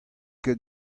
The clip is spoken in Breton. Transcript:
ket